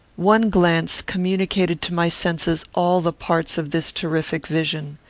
one glance communicated to my senses all the parts of this terrific vision.